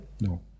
No